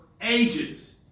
ages